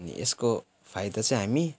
अनि यसको फाइदा चाहिँ हामी